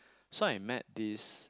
so I met this